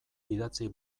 idatzi